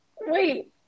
Wait